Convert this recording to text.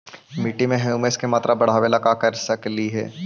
मिट्टी में ह्यूमस के मात्रा बढ़ावे ला का कर सकली हे?